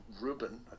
Ruben